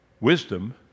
wisdom